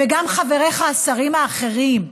וגם חבריך, השרים האחרים,